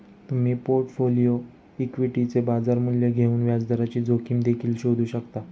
तुम्ही पोर्टफोलिओ इक्विटीचे बाजार मूल्य घेऊन व्याजदराची जोखीम देखील शोधू शकता